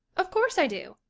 of course i do.